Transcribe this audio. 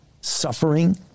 suffering